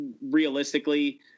realistically